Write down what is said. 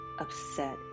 upset